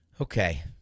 Okay